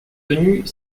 venues